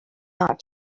not